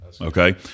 Okay